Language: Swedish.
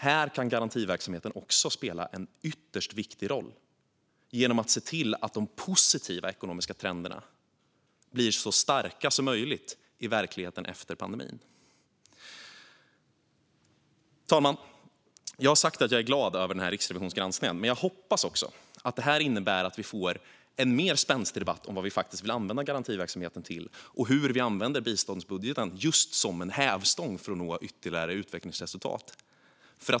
Här kan garantiverksamheten också spela en ytterst viktig roll, genom att se till att de positiva ekonomiska trenderna blir så starka som möjligt i verkligheten efter pandemin. Fru talman! Jag har sagt att jag är glad över Riksrevisionens granskning. Jag hoppas att detta innebär att vi får en mer spänstig debatt om vad vi vill använda garantiverksamheten till och hur vi använder biståndsbudgeten som en hävstång för att nå ytterligare utvecklingsresultat.